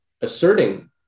asserting